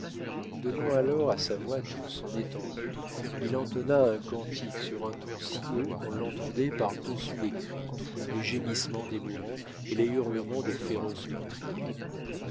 donnant alors à sa voix toute son étendue il entonna un cantique sur un ton si haut qu'on l'entendait par-dessus les cris les gémissements des mourants et les hurlements des féroces meurtriers